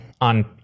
on